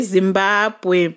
Zimbabwe